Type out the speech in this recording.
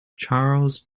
charles